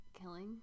killing